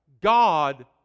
God